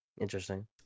Interesting